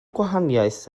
gwahaniaeth